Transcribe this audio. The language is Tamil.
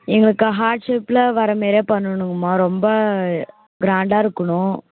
எங்களுக்கு ஹார்ட் ஷேப்பில் வர்ற மாரியே பண்ணணுங்கம்மா ரொம்ப க்ராண்டாக இருக்கணும்